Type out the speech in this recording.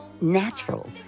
natural